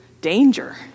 danger